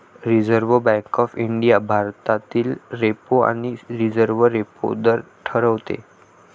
reserve bank of India भारतातील repo आणि reverse repo दर ठरवते